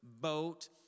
boat